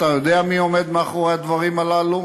אתה יודע מי עומד מאחורי הדברים הללו,